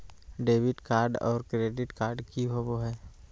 Debit card और credit card की होवे हय?